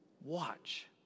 watch